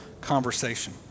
conversation